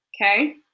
Okay